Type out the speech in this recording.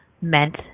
meant